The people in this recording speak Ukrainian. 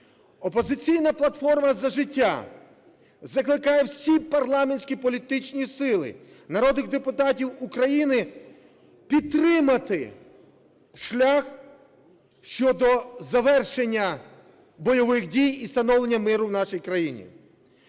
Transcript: "Опозиційна платформа – За життя" закликає всі парламентські політичні сили, народних депутатів України підтримати шлях щодо завершення бойових дій і встановлення миру в нашій країні.